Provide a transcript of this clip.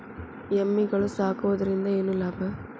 ಎಮ್ಮಿಗಳು ಸಾಕುವುದರಿಂದ ಏನು ಲಾಭ?